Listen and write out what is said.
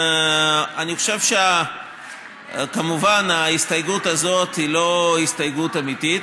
אני חושב שכמובן ההסתייגות הזאת היא לא הסתייגות אמיתית,